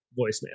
voicemail